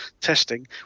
testing